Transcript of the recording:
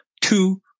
two